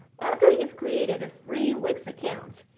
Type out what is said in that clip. after you've created a free wix account,